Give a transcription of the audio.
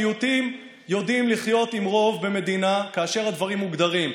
מיעוטים יודעים לחיות עם רוב במדינה כאשר הדברים מוגדרים.